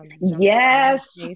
Yes